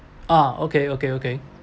ah okay okay okay